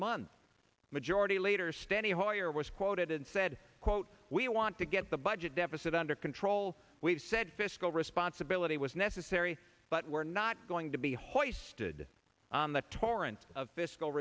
month majority leader standing hoyer was quoted and said quote we want to get the budget deficit under control we've said fiscal responsibility was necessary but we're not going to be hosted on the torrent of fiscal